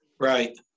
Right